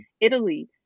Italy